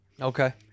Okay